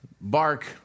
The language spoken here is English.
bark